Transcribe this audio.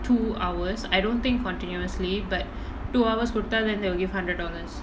two hours I don't think continuously but two hours குடுத்தா:kuduthaa then they'll give hundred dollars